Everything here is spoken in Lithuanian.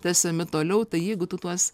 tęsiami toliau tai jeigu tu tuos